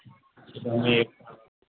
अच्छा हाँ एक साल